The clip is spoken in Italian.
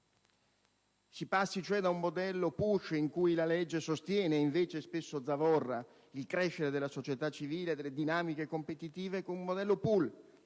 passare cioè da un modello "*push*", in cui la legge sostiene e invece spesso zavorra il crescere della società civile e delle dinamiche competitive, ad un modello "*pull*",